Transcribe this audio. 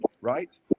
right